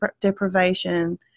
deprivation